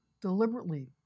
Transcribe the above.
deliberately